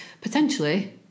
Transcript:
potentially